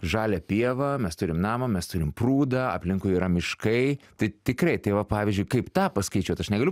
žalią pievą mes turim namą mes turim prūdą aplinkui yra miškai tai tikrai tai va pavyzdžiui kaip tą paskaičiuot aš negaliu